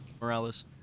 Morales